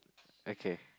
okay